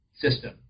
system